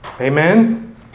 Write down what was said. Amen